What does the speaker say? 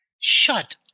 shut